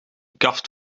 kaft